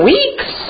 Weeks